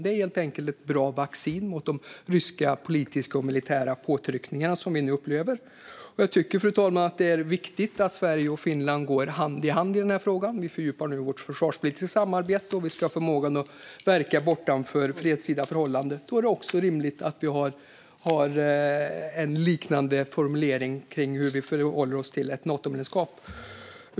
Det är helt enkelt ett bra vaccin mot de ryska politiska och militära påtryckningar som vi nu upplever. Fru talman! Jag tycker att det är viktigt att Sverige och Finland går hand i hand i denna fråga. Vi fördjupar nu vårt försvarspolitiska samarbete. Om vi ska ha förmågan att verka bortom fredstida förhållanden är det rimligt att vi har en liknande formulering om hur vi förhåller oss till ett Natomedlemskap.